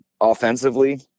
offensively